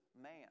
man